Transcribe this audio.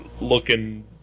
looking